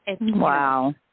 Wow